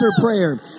prayer